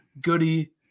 Goody